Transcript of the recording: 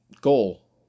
goal